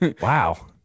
Wow